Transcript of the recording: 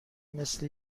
مثل